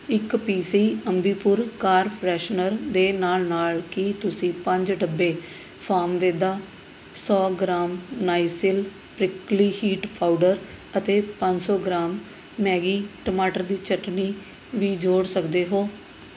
ਇੱਕ P C Ambi Pur car freshener ਦੇ ਨਾਲ ਨਾਲ ਕੀ ਤੁਸੀਂ ਪੰਜ ਡੱਬੇ ਫਾਮਵੇਦਾ ਸੌ gram Nycil prickly heat powder ਅਤੇ ਪੰਜ ਸੌ ਗ੍ਰਾਮ ਮੈਗੀ ਟਮਾਟਰ ਦੀ ਚਟਨੀ ਵੀ ਜੋੜ ਸਕਦੇ ਹੋ